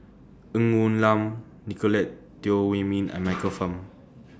Ng Woon Lam Nicolette Teo Wei Min and Michael Fam